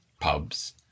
pubs